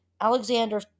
Alexander